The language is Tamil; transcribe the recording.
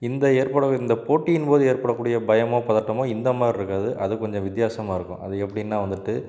இந்த ஏற்பட இந்த போட்டியின் போது ஏற்படக்கூடிய பயமோ பதட்டமோ இந்த மாரிருக்காது அது கொஞ்சம் வித்தியாசமாக இருக்கும் அது எப்படின்னா வந்துட்டு